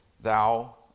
thou